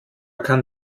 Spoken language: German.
kann